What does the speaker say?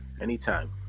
anytime